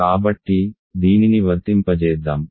కాబట్టి దీనిని వర్తింపజేద్దాం